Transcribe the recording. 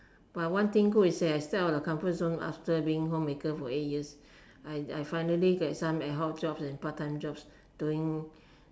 but one thing good is that I step out of the comfort zone after being homemaker for eight years I I finally get some ad-hoc jobs and part time jobs doing